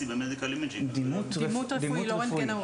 דימות רפואית, לא רנטגנאות.